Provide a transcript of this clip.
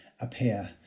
appear